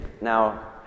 now